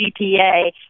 GPA